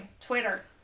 Twitter